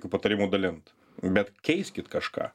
patarimų dalint bet keiskit kažką